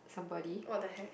what the hell